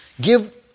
Give